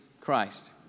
Christ